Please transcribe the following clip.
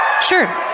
Sure